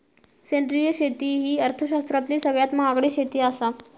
सेंद्रिय शेती ही अर्थशास्त्रातली सगळ्यात महागडी शेती आसा